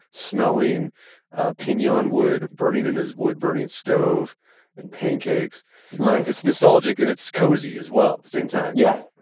smelling ah pinon wood burning in his wood burning stove and pancakes nice it's nostalgic and it's cozy as well at the same time yeah.